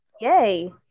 Yay